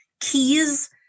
keys